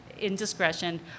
indiscretion